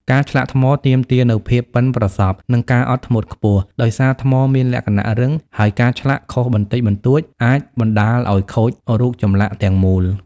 ការឆ្លាក់ថ្មទាមទារនូវភាពប៉ិនប្រសប់ និងការអត់ធ្មត់ខ្ពស់ ដោយសារថ្មមានលក្ខណៈរឹង ហើយការឆ្លាក់ខុសបន្តិចបន្តួចអាចបណ្ដាលឱ្យខូចរូបចម្លាក់ទាំងមូល។